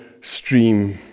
stream